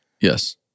Yes